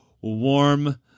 warm